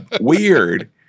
weird